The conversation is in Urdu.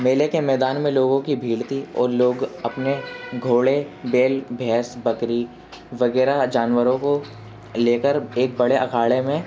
میلے کے میدان میں لوگوں کی بھیڑ تھی اور لوگ اپنے گھوڑے بیل بھینس بکری وغیرہ جانوروں کو لے کر ایک بڑے اکھاڑے میں